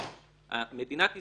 מדינת ישראל,